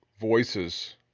voices